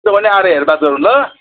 त्यो पनि आएर हेर्दा त हुन्न